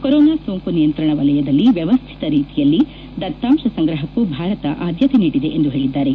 corona ಸೋಂಕು ನಿಯಂತ್ರಣ ವಲಯದಲ್ಲಿ ವ್ಯವಸ್ಥಿತ ರೀತಿಯಲ್ಲಿ ದತ್ತಾಂಶ ಸಂಗ್ರಹಕ್ಕೂ ಭಾರತ ಆದ್ಯತೆ ನೀಡಿದೆ ಎಂದು ಹೇಳಿದ್ದಾರೆ